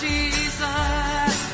Jesus